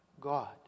God